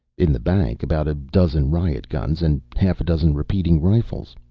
in the bank, about a dozen riot-guns and half a dozen repeating rifles.